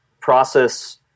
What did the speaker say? process